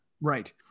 Right